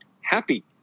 happy